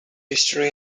history